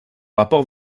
rapport